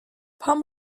palm